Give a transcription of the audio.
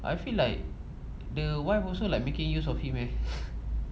I feel like the wife also like making use of him eh